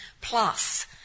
plus